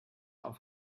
auf